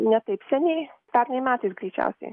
ne taip seniai pernai metais greičiausiai